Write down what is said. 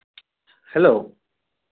hello